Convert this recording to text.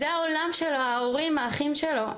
זה העולם של ההורים, האחים שלו.